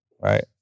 right